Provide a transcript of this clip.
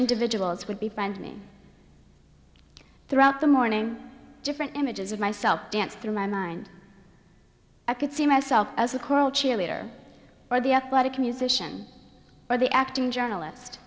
individuals would be friend me throughout the morning different images of myself dance through my mind i could see myself as a choral cheerleader or the athletic musician or the acting journalist